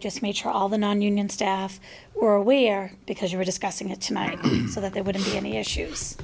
just made sure all the nonunion staff were aware because we were discussing it tonight so that there wouldn't be any issues